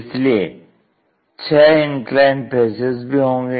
इसलिए 6 inclined faces भी होंगे